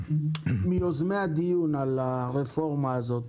מיוזמי הדיון על הרפורמה הזאת.